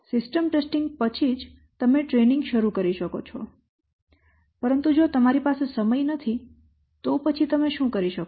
system testing પછી જ તમે ટ્રેનિંગ શરૂ કરી શકો છો પરંતુ જો તમારી પાસે સમય નથી તો પછી તમે શું કરી શકો